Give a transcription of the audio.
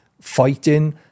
fighting